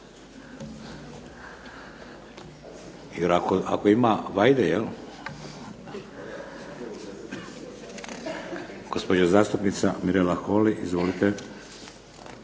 ako ima vajde, jel… Gospođa zastupnica Mirela Holy. Izvolite.